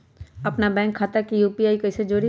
अपना बैंक खाता के यू.पी.आई से कईसे जोड़ी?